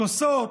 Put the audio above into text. כוסות.